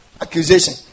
accusation